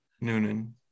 Noonan